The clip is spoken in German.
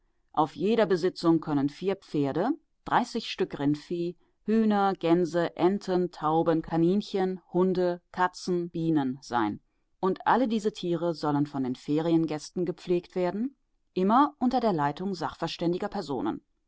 auf jeder besitzung können vier pferde dreißig stück rindvieh hühner gänse enten tauben kaninchen hunde katzen bienen sein und alle diese tiere sollen von den feriengästen gepflegt werden immer unter leitung sachverständiger personen